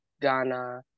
Ghana